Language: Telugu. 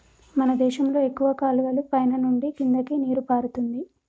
మన దేశంలో ఎక్కువ కాలువలు పైన నుండి కిందకి నీరు పారుతుంది